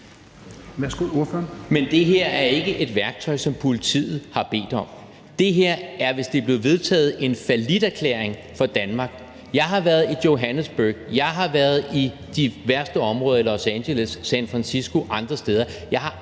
Men det her er ikke et værktøj, som politiet har bedt om. Det her er, hvis det bliver vedtaget, en falliterklæring for Danmark. Jeg har været i Johannesburg, jeg har været i de værste områder i Los Angeles, San Francisco og andre steder,